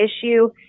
issue